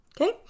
Okay